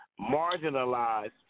marginalized